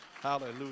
Hallelujah